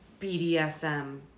BDSM